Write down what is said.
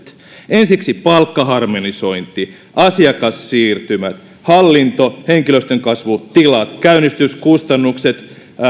ensiksi palkkaharmonisointi asiakassiirtymä hallinto henkilöstön kasvu tilat käynnistyskustannukset